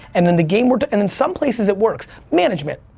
and then the game were to, and in some places it works. management,